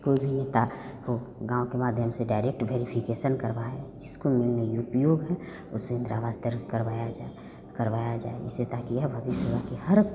कोई भी नेता हो गाँव के माध्यम से डायरेक्ट भेरिफिकेसन करवाए जिसको मिलने उपियोग है उसे इंद्रा आवास तुरंत करवाया जाए करवाया जाए जिससे ताकि यह भविष्य में के हर